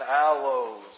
aloes